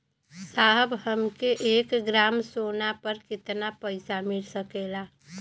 साहब हमके एक ग्रामसोना पर कितना पइसा मिल सकेला?